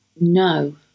no